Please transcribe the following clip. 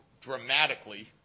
dramatically